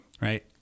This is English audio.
right